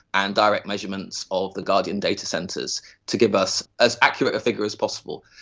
and direct measurements of the guardian datacentres to give us as accurate a figure as possible.